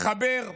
מחבר,